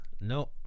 No